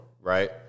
Right